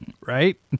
right